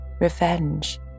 revenge